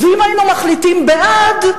ואם היינו מחליטים בעד,